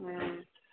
ꯎꯝ